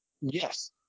Yes